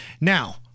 Now